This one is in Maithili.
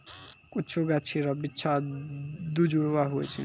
कुछु गाछी रो बिच्चा दुजुड़वा हुवै छै